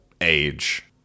age